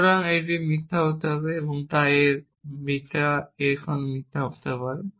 সুতরাং এটি মিথ্যা হতে হবে তাই এর মানে এই বিটা এখন মিথ্যা হতে হবে